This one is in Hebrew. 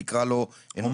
נקרא לו הומני.